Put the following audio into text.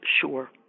sure